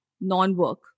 Non-work